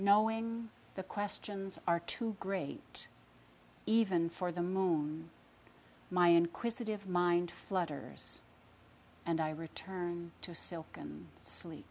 knowing the questions are too great even for the moon my inquisitive mind flutters and i return to silken slee